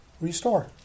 restore